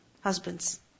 husbands